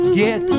get